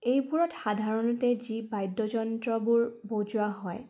এইবোৰত সাধাৰণতে যি বাদ্যযন্ত্ৰবোৰ বজোৱা হয়